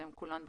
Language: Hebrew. הן כולן בחוץ.